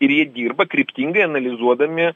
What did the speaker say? ir jie dirba kryptingai analizuodami